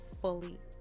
fully